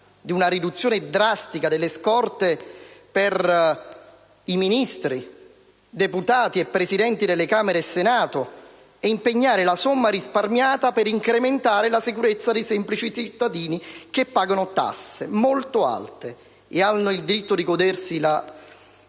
e una riduzione drastica delle scorte per i Ministri, i parlamentari e i Presidenti di Camera e Senato, per impegnare così la somma risparmiata nell'incremento della sicurezza dei semplici cittadini, che pagano tasse molto alte e hanno il diritto di godersi in